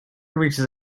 reaches